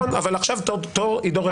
נכון, אבל עכשיו תור עדו רכניץ.